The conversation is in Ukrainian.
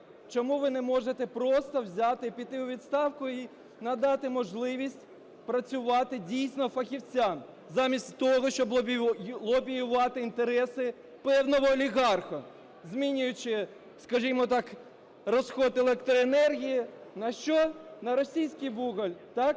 Чому ви не можете просто взяти й піти у відставку і надати можливість працювати, дійсно, фахівцям замість того, щоб лобіювати інтереси певного олігарха, змінюючи, скажімо так, розход електроенергії? На що? На російське вугілля. Так,